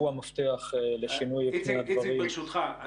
והוא המפתח לשינוי פני הדברים ולחיסול המצב הפוגעני -- איציק ברשותך,